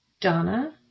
Donna